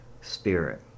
Spirit